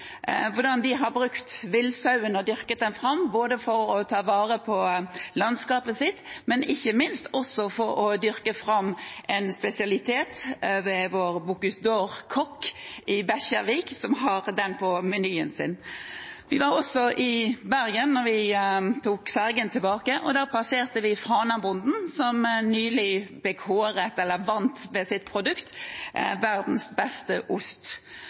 hvordan de har brukt villsauen – dyrket den fram – for å ta vare på landskapet, og ikke minst for å dyrke fram en spesialitet, som vår Bocuse d’Or-kokk i Bekkjarvik har på menyen sin. Vi var også i Bergen da vi tok fergen tilbake, og da passerte vi Fana-bonden, hvis produkt nylig ble kåret